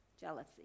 Jealousy